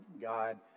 God